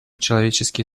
человеческие